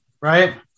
right